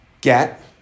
get